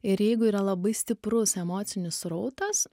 ir jeigu yra labai stiprus emocinis srautas